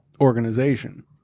organization